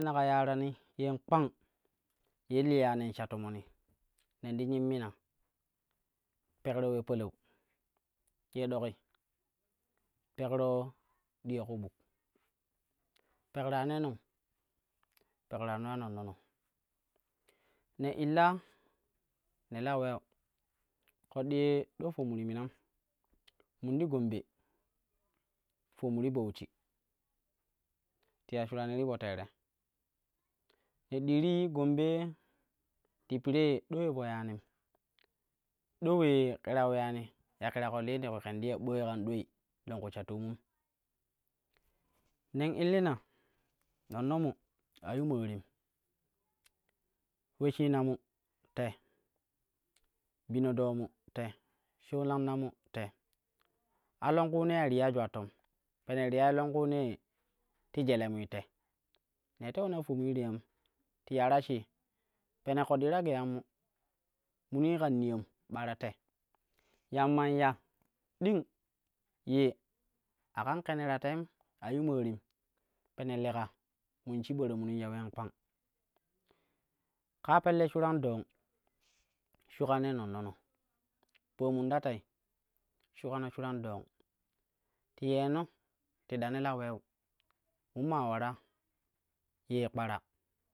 Naka yara yen kpang ye liya nen shan tomoni nen ti nyimmina pekro ule palau, ye ɗoƙi pakro diya ku buk pekra nei nong, rekrano ta nonnono ne illa ne la weu ƙoɗɗi ye ɗo fomu ti minan mun ti gombe, fornu ti bauchi ti ya shuranii ti po tera, ne dii ti gombe ti pere ado ule po yanim ado ule ke ta uleyani ya kiraƙo lin ti kwi ya ken ti ya ɓooi kan ɗwei longku sha toomun nen illina nonnomui yu maarin uleshina my te, bina ɗomu te shou lammo mu te a longkunee ya to yai julattoun peno ti yai longkunee ti jelemui te nei tewo na fomui ti yan ti ya ta shii pene ƙoɗɗii ta geyanmu munii kan niyan ɓara te. Yamman ya ding ye a kan ƙine ta teim a yu maarim pene leka mun shibaro munin ya uleen kpang. Kaa pelle shuran dong shuka nei nonnone paamun ta tei shukano shuran dong ti yeeno tida ne la weu man man ulara ye kpara.